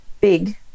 big